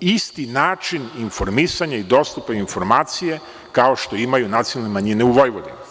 isti način informisanja i dostupne informacije, kao što imaju nacionalne manjine u Vojvodinu.